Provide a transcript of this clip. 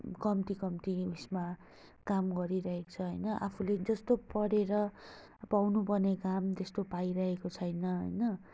कम्ती कम्ती उइसमा काम गरिरहेको छ होइन आफूले जस्तो पढेर पाउनु पर्ने काम त्यस्तो पाइरहेको छैन होइन